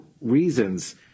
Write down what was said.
reasons